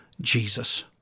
Jesus